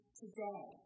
today